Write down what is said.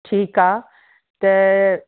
ठीकु आहे त